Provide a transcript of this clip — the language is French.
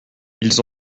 ils